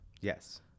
Yes